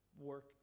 work